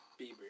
Bieber